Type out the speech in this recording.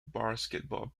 basketball